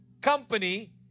company